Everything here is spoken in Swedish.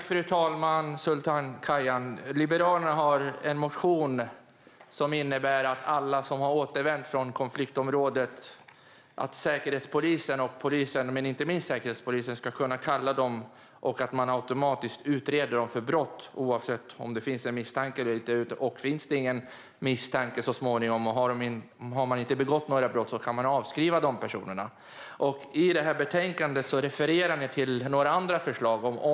Fru talman! Liberalerna har en motion om att polisen och inte minst Säkerhetspolisen ska kunna kalla alla som har återvänt från ett konfliktområde och att de automatiskt utreds för brott, oavsett om det finns en misstanke eller inte. Om det så småningom inte finns någon misstanke och om personerna inte har begått några brott kan man avskriva dem. I betänkandet refererar ni till några andra förslag, Sultan Kayhan.